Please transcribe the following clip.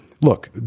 Look